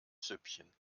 süppchen